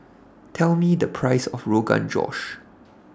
Tell Me The Price of Rogan Josh